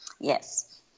Yes